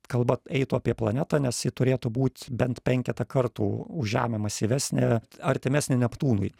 kalba eitų apie planetą nes ji turėtų būt bent penketą kartų už žemę masyvesnė artimesnė neptūnui